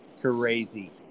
crazy